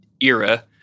era